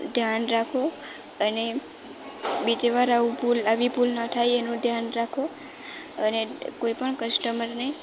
ધ્યાન રાખો અને બીજી વાર આવું ભૂલ આવી ભૂલ ના થાય એનું ધ્યાન રાખો અને કોઈ પણ કસ્ટમરને